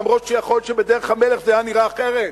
למרות שיכול להיות שבדרך המלך זה אולי היה נראה אחרת,